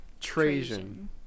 Trajan